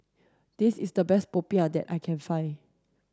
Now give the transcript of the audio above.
this is the best popiah that I can find